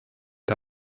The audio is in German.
der